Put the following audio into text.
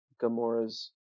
Gamora's